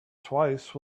twice